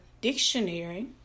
dictionary